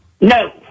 No